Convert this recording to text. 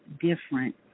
different